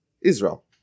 Israel